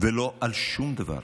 ולא על שום דבר.